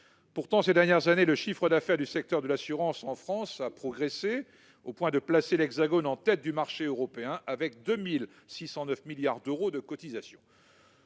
Pourtant, ces dernières années, le chiffre d'affaires du secteur de l'assurance a progressé en France, au point de placer l'Hexagone en tête du marché européen, avec 2 609 milliards d'euros de cotisations.